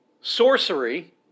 sorcery